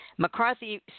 McCarthy